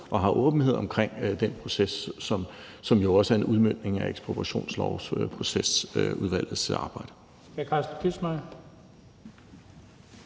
og har en åbenhed omkring den proces, som jo også er en udmøntning af ekspropriationslovsprocesudvalgets arbejde.